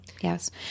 Yes